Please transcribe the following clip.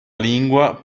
lingua